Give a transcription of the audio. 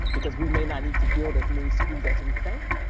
because we may not need to build as many schools as we think,